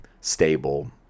stable